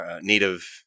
native